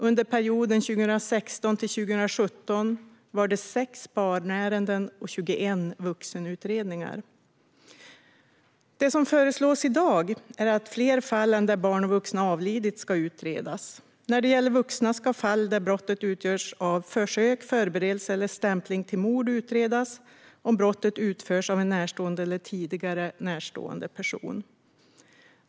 Under perioden 2016-2017 var det 6 barnärenden och 21 vuxenutredningar. Det som föreslås i dag är att fler fall än sådana där barn och vuxna har avlidit ska utredas. När det gäller vuxna ska fall där brottet utgörs av försök, förberedelse eller stämpling till mord utredas om brottet har utförts av en närstående eller tidigare närstående person.